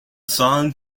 song